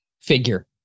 figure